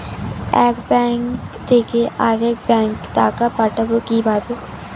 এক ব্যাংক থেকে আরেক ব্যাংকে টাকা পাঠাবো কিভাবে?